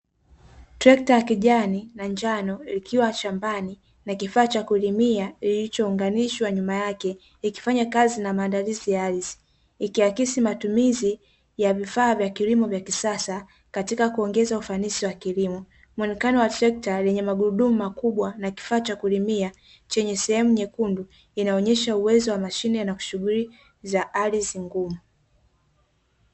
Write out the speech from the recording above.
Trekta la kijani na njano, likiwa shambani na kifaa cha kulimia kilichounganishwa nyuma yake ikifanya kazi na maandalizi ya ardhi, ikiakisi matumizi ya vifaa vya kilimo vya kisasa katika kuongeza ufanisi wa kilimo, muonekano wa trekta lenye magurudumu makubwa na kifaa cha kulimia chenye sehemu nyekundu inaonyesha uwezo wa mashine na shughuli za ardhi ngumu.